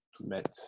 met